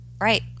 Right